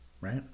Right